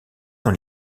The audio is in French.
dans